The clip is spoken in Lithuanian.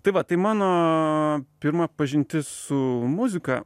tai va tai mano pirma pažintis su muzika